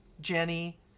Jenny